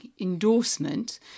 endorsement